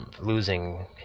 losing